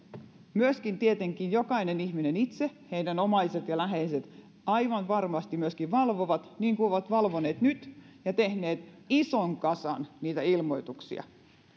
myöskin tietenkin jokainen ihminen itse valvoo ja heidän omaisensa ja läheisensä aivan varmasti myöskin valvovat niin kuin ovat valvoneet nyt ja tehneet ison kasan niitä ilmoituksia